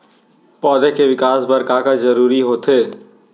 पौधे के विकास बर का का जरूरी होथे?